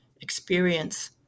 experience